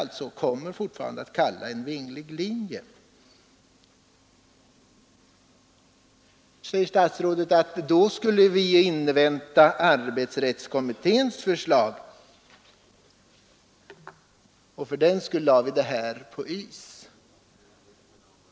Statsrådet säger att 1971 ville vi invänta arbetsrättskommitténs förslag, och fördenskull lades det här förslaget på is.